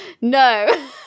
no